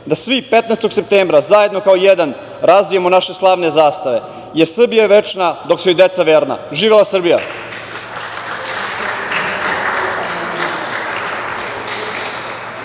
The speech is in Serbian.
da svi 15. septembra, zajedno kao jedan, razvijemo naše slavne zastave, jer Srbija je večna dok su joj deca verna. Živela Srbija!